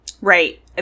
Right